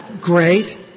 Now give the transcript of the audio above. great